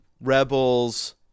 Rebels